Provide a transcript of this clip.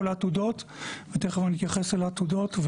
העתודות ותיכף אני אתייחס אל העתודות,